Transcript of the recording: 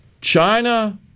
China